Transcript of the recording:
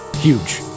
huge